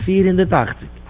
480